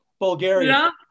Bulgaria